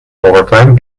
overtime